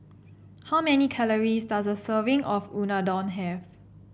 how many calories does a serving of Unadon have